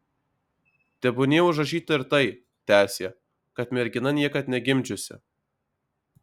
tebūnie užrašyta ir tai tęsė kad mergina niekad negimdžiusi